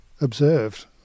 observed